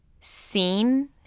seen